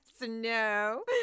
No